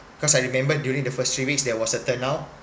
because I remember during the first three weeks there was a turn out